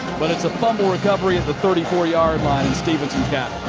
but it's a fumble recovery at the thirty four yard line.